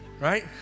Right